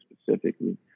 specifically